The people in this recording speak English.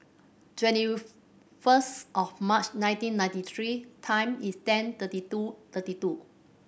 twenty first of March nineteen ninety three ten instead thirty two thirty two